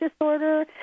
disorder